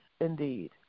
indeed